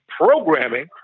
programming